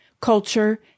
culture